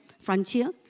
frontier